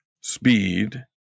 speed